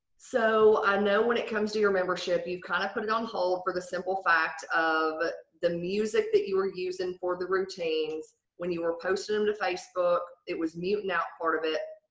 so, i know when it comes to your membership you've kind of put it on hold for the simple fact of the music that you were using for the routines when you were posting um on facebook it was muting out part of it.